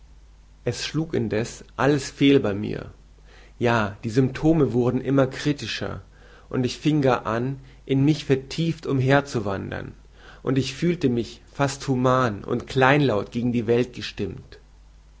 es schlug indeß alles fehl bei mir ja die symptome wurden immer kritischer und ich fing gar an in mich vertieft umherzuwandern und fühlte mich fast human und kleinlaut gegen die welt gestimmt